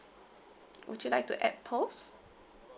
would you like to add pearls